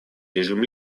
режим